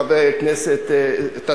חבר הכנסת,